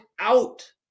out